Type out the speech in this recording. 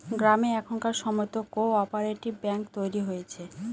গ্রামে এখনকার সময়তো কো অপারেটিভ ব্যাঙ্ক তৈরী হয়েছে